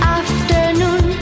afternoon